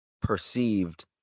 perceived